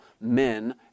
men